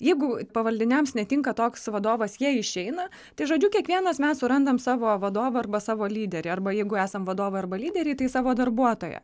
jeigu pavaldiniams netinka toks vadovas jie išeina tai žodžiu kiekvienas mes surandam savo vadovą arba savo lyderį arba jeigu esam vadovai arba lyderiai tai savo darbuotoją